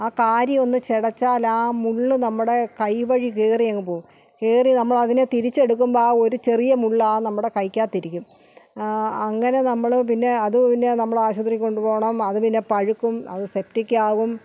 ആ കാരി ഒന്ന് ചിടച്ചാൽ ആ മുളള് നമ്മുടെ കൈ വഴി കയറി അങ്ങ് പോകും കയറി നമ്മളതിനെ തിരിച്ചെടുക്കുമ്പോൾ ആ ഒര് ചെറിയ മുള്ള് നമ്മുടെ കൈക്ക് അകത്തിരിക്കും അങ്ങനെ നമ്മള് പിന്നെ അത് പിന്നെ നമ്മൾ ആശുപത്രിയില് കൊണ്ടു പോകണം അത് പിന്നെ പഴുക്കും അത് സെപ്റ്റിക്കാകും